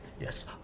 Yes